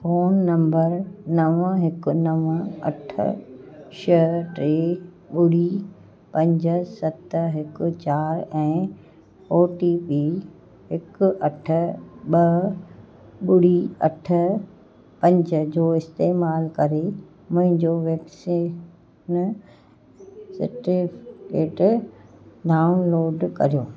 phone number नवं हिकु नवं अठ छह टे ॿुड़ी पंज सत हिकु चार ऐं ओ टी पी हिकु अठ ॿ ॿुड़ी अठ पंज जो इस्तेमालु करे मुंहिंजो वैक्सीनि सिटेटि डाऊनलॉड कर्यो